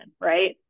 right